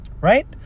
right